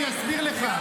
אני אסביר לך.